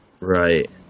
Right